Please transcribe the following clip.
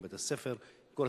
עם בתי-ספר כל הצדדים.